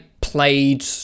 played